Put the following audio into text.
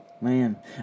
Man